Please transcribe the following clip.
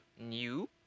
new